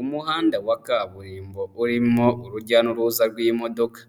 Umuhanda wa kaburimbo urimo urujya n'uruza rw'imodoka.